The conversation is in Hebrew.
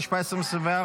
התשפ"ה 2024,